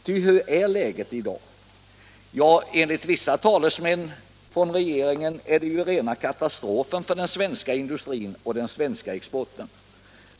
Ty hur är läget i dag? Ja, enligt vissa talesmän för regeringen är det ju rena katastrofen för den svenska industrin och den svenska exporten.